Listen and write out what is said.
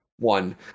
One